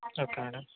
okay madam